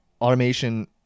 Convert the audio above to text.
automation